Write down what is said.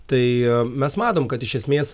tai mes matom kad iš esmės